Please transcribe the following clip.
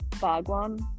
Bhagwan